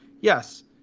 Yes